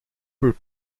por